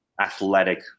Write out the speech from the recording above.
athletic